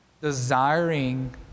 desiring